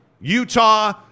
Utah